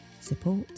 support